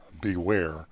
beware